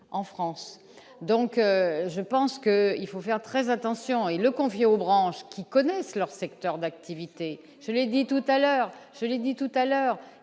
en France, donc je pense qu'il faut faire très attention et le confier aux branches qui connaissent leur secteur d'activité, je l'ai dit tout à l'heure, je l'ai dit tout à l'heure,